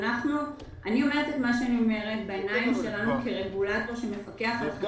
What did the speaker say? אף אחד